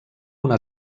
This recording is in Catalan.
una